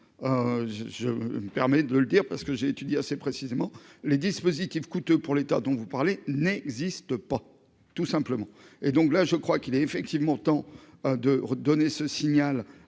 je me permets de le dire parce que j'ai étudié assez précisément les dispositifs coûteux pour l'État, dont vous parlez n'existe pas, tout simplement, et donc là je crois qu'il est effectivement temps de redonner ce signal